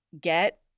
get